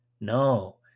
No